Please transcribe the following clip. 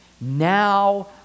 Now